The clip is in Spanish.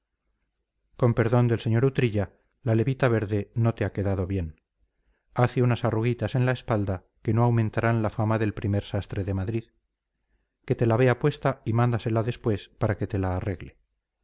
con perdón del sr utrilla la levita verde no te ha quedado bien hace unas arruguitas en la espalda que no aumentarán la fama del primer sastre de madrid que te la vea puesta y mándasela después para que te la arregle